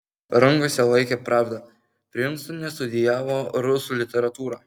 rankose laikė pravdą prinstone studijavo rusų literatūrą